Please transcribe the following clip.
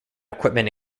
equipment